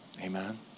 Amen